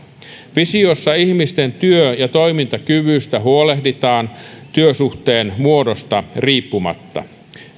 visiossa ihmisten työ ja toimintakyvystä huolehditaan työsuhteen muodosta riippumatta